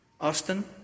Austin